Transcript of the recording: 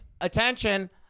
Attention